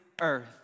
earth